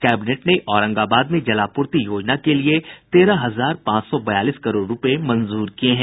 cabinet ने औरंगाबाद में जलापूर्ति योजना के लिए तेरह हजार पांच सौ बयालीस करोड़ रूपये मंजूर किये हैं